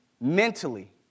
mentally